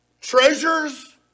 treasures